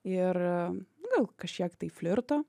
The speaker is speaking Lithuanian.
ir gal kažkiek tai flirto